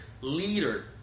leader